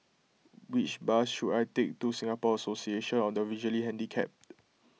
which bus should I take to Singapore Association of the Visually Handicapped